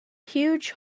huge